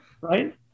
Right